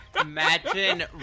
imagine